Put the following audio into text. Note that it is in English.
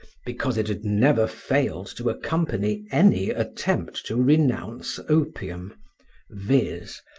because it had never failed to accompany any attempt to renounce opium viz,